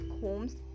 homes